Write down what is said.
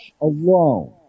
alone